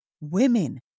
Women